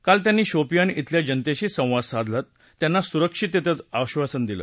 काल त्यांनी शोपियान केल्या जनतेशी संवाद साधत त्यांना सुरक्षिततेचं आश्वासन दिलं